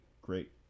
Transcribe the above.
great